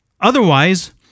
Otherwise